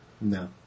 No